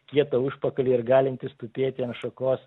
kietą užpakalį ir galintys tupėti ant šakos